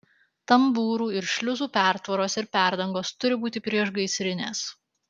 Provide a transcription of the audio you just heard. tambūrų ir šliuzų pertvaros ir perdangos turi būti priešgaisrinės